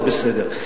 זה בסדר.